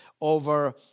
over